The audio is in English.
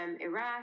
Iraq